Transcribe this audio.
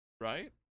right